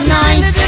nice